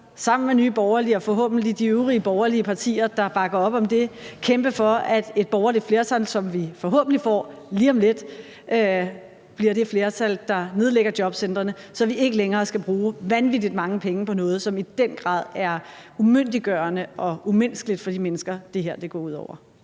sammen med Nye Borgerlige og forhåbentlig de øvrige borgerlige partier, der bakker op om det, vil kæmpe for, at et borgerligt flertal, som vi forhåbentlig får lige om lidt, bliver det flertal, der nedlægger jobcentrene, så vi ikke længere skal bruge vanvittig mange penge på noget, som i den grad er umyndiggørende og umenneskeligt for de mennesker, det her går ud over.